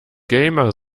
gamer